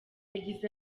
yagize